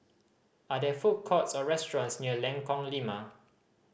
are there food courts or restaurants near Lengkong Lima